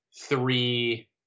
three